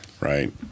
right